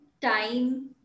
time